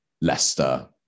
Leicester